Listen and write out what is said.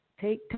take